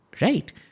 Right